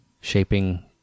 Shaping